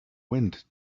wind